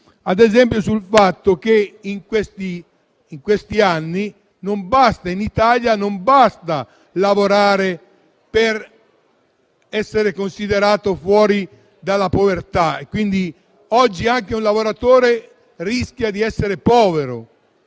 ad esempio, sul fatto che negli ultimi anni in Italia non basta lavorare per essere considerati fuori dalla povertà. Oggi anche un lavoratore rischia di essere povero.